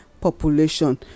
population